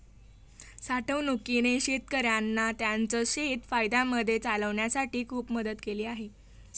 साठवणूकीने शेतकऱ्यांना त्यांचं शेत फायद्यामध्ये चालवण्यासाठी खूप मदत केली आहे